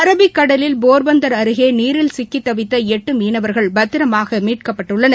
Arabic கடலில் போர்பந்தர் அருகே நீரில் சிக்கித் தவித்த எட்டு மீனவர்கள் பத்திரமாக மீட்கப்பட்டுள்ளனர்